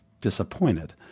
disappointed